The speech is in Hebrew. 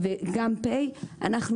ו"פיי" עלו לאוויר,